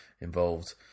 involved